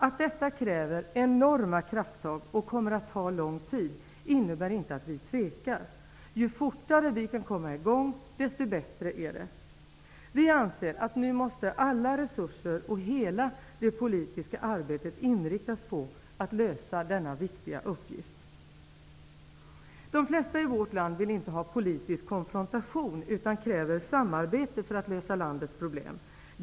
Att detta kräver enorma krafttag och kommer att ta lång tid innebär inte att vi tvekar. Ju fortare vi kan komma i gång, desto bättre är det. Vi anser att alla resurser och hela det politiska arbetet nu måste inriktas på att lösa denna viktiga uppgift. De flesta i vårt land vill inte ha politisk konfrontation utan kräver samarbete för att lösa landets problem.